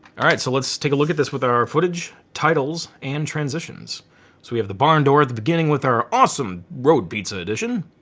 all right so let's take a look at this with our footage, titles, and transitions. so we have the barn door at the beginning with our awesome road pizza edition.